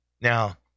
Now